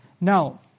Now